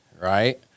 right